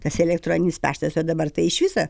tas elektroninis paštas o dabar tai iš viso